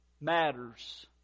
matters